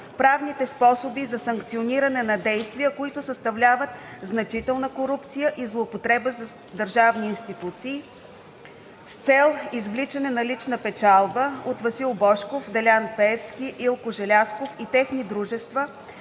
правните способи за санкциониране на действия, които съставляват значителна корупция и злоупотреба с държавни институции с цел извличане на лична печалба от Васил Божков, Делян Пеевски, Илко Желязков и техни дружества